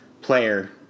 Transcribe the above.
player